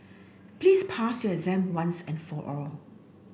please pass your exam once and for all